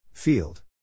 Field